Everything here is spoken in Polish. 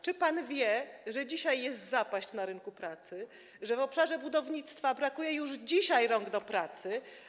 Czy pan wie, że dzisiaj jest zapaść na rynku pracy, że w obszarze budownictwa brakuje już dzisiaj rąk do pracy?